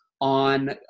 on